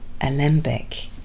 Alembic